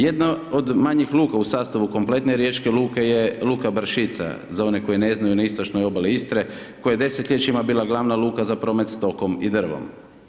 Jedna od manjih luka u sastavu kompletne riječke luke je Luka Bršica, za one koji ne znaju, na istočnoj obali Istre, koja je desetljećima bila glavna luka za promet stokom i drvom.